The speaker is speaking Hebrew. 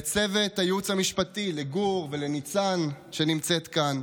לצוות הייעוץ המשפטי, לגור ולניצן, שנמצאת כאן,